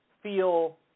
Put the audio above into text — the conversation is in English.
feel